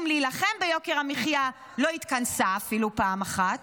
להילחם ביוקר המחיה לא התכנסה אפילו פעם אחת,